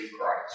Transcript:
Christ